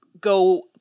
go